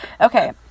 Okay